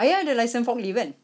ayah ada license forklift kan